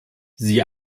sie